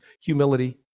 humility